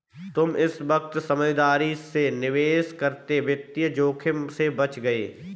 तुम इस वक्त समझदारी से निवेश करके वित्तीय जोखिम से बच गए